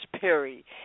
Perry